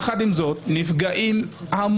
יחד עם זאת נפגעים המון,